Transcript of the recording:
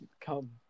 come